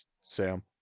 Sam